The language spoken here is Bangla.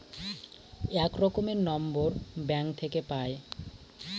এক রকমের নম্বর ব্যাঙ্ক থাকে পাই